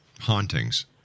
hauntings